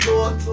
Lord